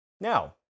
Now